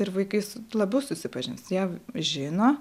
ir vaikai su labiau susipažins jie žino